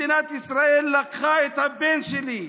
מדינת ישראל לקחה את הבן שלי.